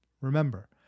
Remember